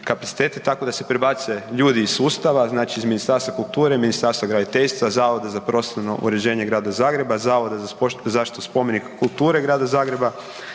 tako da se prebace ljudi iz sustava, znači iz Ministarstva kulture, Ministarstva graditeljstva, Zavoda za prostorno uređenje Grada Zagreba, Zavoda za zaštitu spomenika kulture Grada Zagreba,